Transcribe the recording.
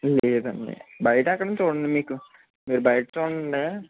లేదండి బయట ఎక్కడన్నా చూడండి మీకు మీరు బయట చూడండి